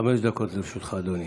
חמש דקות לרשותך, אדוני.